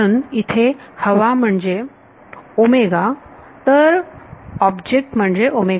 म्हणून इथे हवा म्हणजे तर ऑब्जेक्ट म्हणजे